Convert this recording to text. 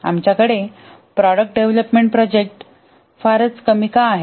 आमच्याकडे product development project फार कमी का आहेत